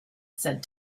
said